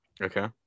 Okay